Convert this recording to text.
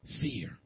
fear